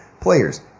players